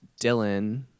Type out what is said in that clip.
Dylan